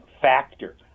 factor